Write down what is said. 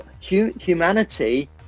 humanity